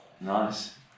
nice